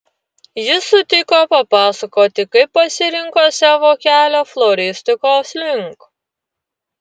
ji sutiko papasakoti kaip pasirinko savo kelią floristikos link